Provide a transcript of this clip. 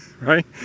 Right